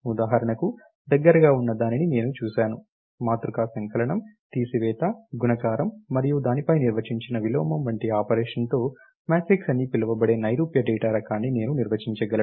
ఉదాహరణకు దగ్గరగా ఉన్న దానిని నేను చూసాను మాతృక సంకలనం తీసివేత గుణకారం మరియు దానిపై నిర్వచించిన విలోమం వంటి ఆపరేషన్తో మ్యాట్రిక్స్ అని పిలువబడే నైరూప్య డేటా రకాన్ని నేను నిర్వచించగలను